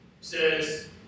says